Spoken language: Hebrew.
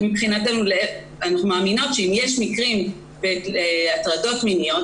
אנחנו מאמינות שאם יש מקרים של הטרדות מיניות,